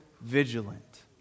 vigilant